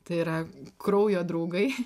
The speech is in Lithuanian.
tai yra kraujo draugai